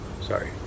sorry